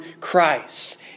Christ